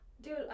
Dude